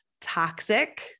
toxic